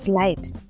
lives